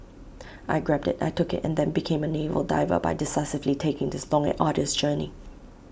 I grabbed IT I took IT and then became A naval diver by decisively taking this long and arduous journey